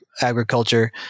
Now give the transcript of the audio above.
agriculture